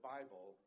Bible